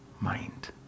mind